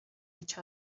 each